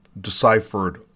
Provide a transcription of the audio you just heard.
deciphered